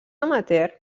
amateur